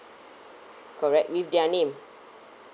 correct with their name